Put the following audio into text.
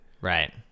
Right